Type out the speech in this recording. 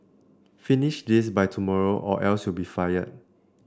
finish this by tomorrow or else you'll be fired